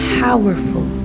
powerful